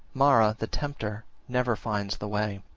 mara, the tempter, never finds the way.